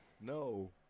No